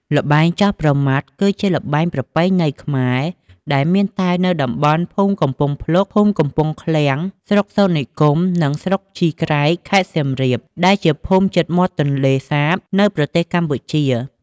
ល្បែងចោះប្រមាត់ គឺជាល្បែងប្រពៃណីខ្មែរ ដែលមានតែនៅតំបន់ភូមិកំពង់ភ្លុក ភូមិកំពង់ឃ្លាំង ស្រុកសូត្រនិគម និងស្រុកជីក្រែង ខេត្តសៀមរាប ដែលជាភូមិជិតមាត់ទន្លេសាប នៅប្រទេសកម្ពុជា។